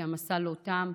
כי המסע לא תם,